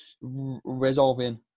resolving